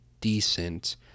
decent